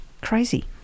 crazy